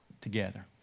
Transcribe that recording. together